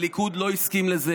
הליכוד לא הסכים לזה.